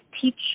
teach